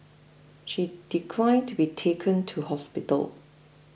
she declined to be taken to hospital